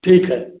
ठीक है